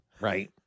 Right